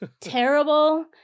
terrible